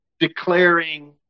Declaring